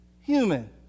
human